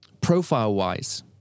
profile-wise